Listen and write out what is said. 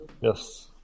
Yes